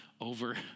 over